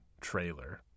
trailer